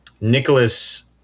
Nicholas